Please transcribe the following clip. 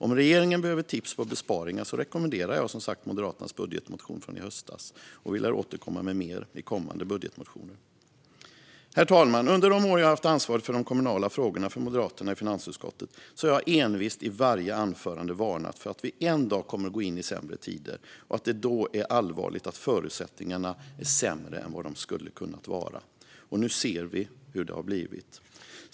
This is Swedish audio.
Om regeringen behöver tips på besparingar rekommenderar jag som sagt Moderaternas budgetmotion från i höstas, och vi lär återkomma med mer i kommande budgetmotioner. Herr talman! Under de år jag har haft ansvaret för de kommunala frågorna för Moderaterna i finansutskottet har jag envist, i varje anförande, varnat för att vi en dag kommer att gå in i sämre tider och att det då är allvarligt att förutsättningarna är så mycket sämre än de hade kunnat vara. Nu ser vi hur det har blivit.